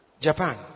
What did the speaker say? Japan